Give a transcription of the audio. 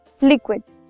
liquids